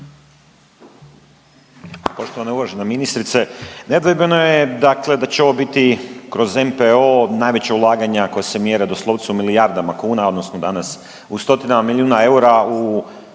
Poštovana i uvažena ministrice, nedvojbeno je dakle da će ovo biti kroz NPOO najveća ulaganja koja se mjere doslovce u milijardama kuna odnosno danas u stotinama milijuna eura